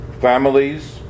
Families